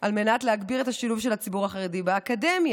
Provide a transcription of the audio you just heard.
על מנת להגביר את השילוב של הציבור החרדי באקדמיה.